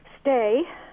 stay